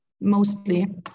Mostly